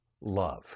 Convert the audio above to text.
love